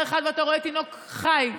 ואתה רואה תינוק חי,